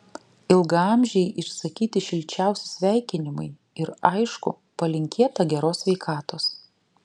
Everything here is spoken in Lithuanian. ilgaamžei išsakyti šilčiausi sveikinimai ir aišku palinkėta geros sveikatos